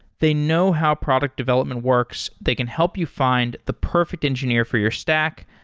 they know how product development works. they can help you find the perfect engineer for your stack,